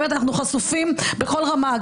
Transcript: באמת אנחנו חשופים בכל רמה,